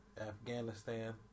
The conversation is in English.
Afghanistan